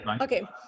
okay